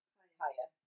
Higher